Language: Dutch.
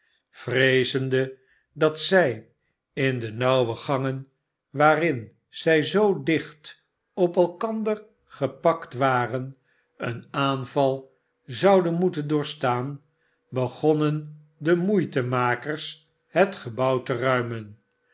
vreezende dat zij in de nauwe gangen waarin zij zoo dicht op de wet ingeval van oproer wordt afgekondigd elkander gepakt waren een aanval zouden moeten doorstaan begonnen de moeitemakers het gebouw te ruimen